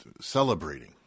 celebrating